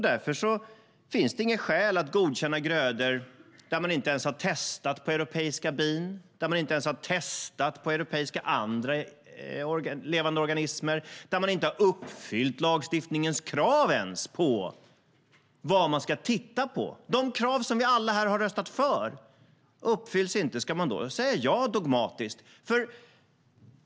Därför finns det inget skäl att godkänna grödor där man inte ens har testat på europeiska bin eller på andra europeiska levande organismer och där man inte ens har uppfyllt lagstiftningens krav på vad man ska titta på. De krav vi alla här har röstat för uppfylls inte! Ska man då dogmatiskt säga ja?